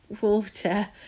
water